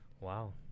wow